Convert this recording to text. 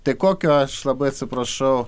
tai kokio aš labai atsiprašau